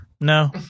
No